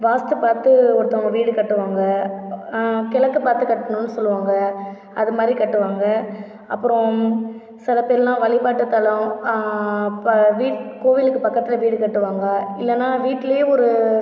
வாஸ்து பார்த்து ஒருத்தவங்க வீடு கட்டுவாங்கள் கிழக்கு பார்த்து கட்டணும்னு சொல்லுவாங்கள் அது மாதிரி கட்டுவாங்கள் அப்புறம் சில பேருலாம் வழிபாட்டுத்தலம் கோவிலுக்கு பக்கத்தில் வீடு கட்டுவாங்கள் இல்லைன்னா வீட்டுலயே ஒரு